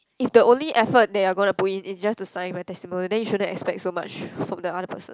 if the only effort they're going to put in is just to sign my testimonial then you shouldn't expect so much from the other person